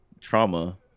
trauma